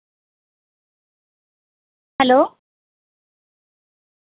hello